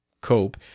Cope